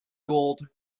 gold